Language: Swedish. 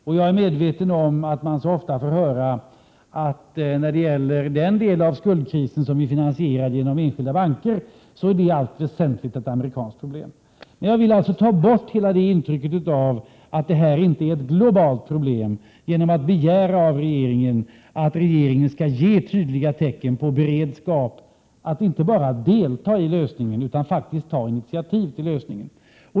Jag är också medveten om att man ofta får höra att den del av skuldkrisen som så att säga är finansierad genom enskilda banker i allt väsenligt är ett amerikanskt problem. Men jag vill alltså ha bort intrycket av att detta inte är ett globalt problem genom att begära av regeringen att den skall ge tydliga tecken på beredskap och inte bara delta i lösningen utan faktiskt också ta initiativ till denna.